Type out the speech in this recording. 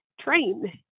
train